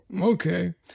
Okay